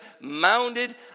mounted